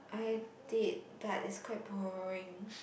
I did but it's quite boring